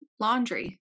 laundry